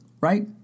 Right